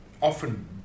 often